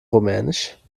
rumänisch